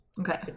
okay